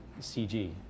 CG